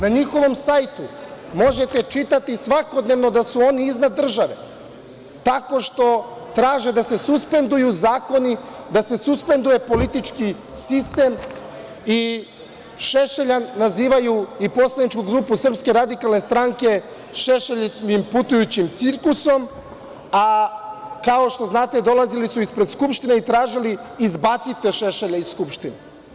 Na njihovom sajtu možete čitati svakodnevno da su oni iznad države, tako što traže da se suspenduju zakoni, da se suspenduje politički sistem i Šešelja i poslaničku grupu SRS nazivaju Šešeljevim putujućim cirkusom, a, kao što znate, dolazili su ispred Skupštine i tražili - izbacite Šešelja iz Skupštine.